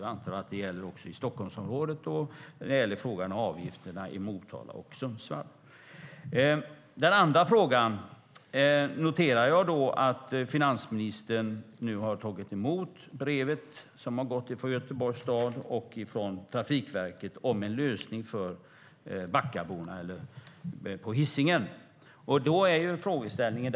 Jag antar att det också gäller trängselskatten i Stockholmsområdet och avgifterna i Motala och Sundsvall. Det är den ena frågan. Vad gäller den andra frågan noterar jag att finansministern nu har tagit emot brevet från Göteborgs stad och Trafikverket om en lösning för Backaborna på Hisingen.